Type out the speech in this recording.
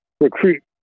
recruit